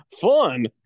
Fun